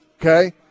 okay